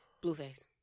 Blueface